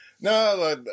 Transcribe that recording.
No